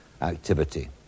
activity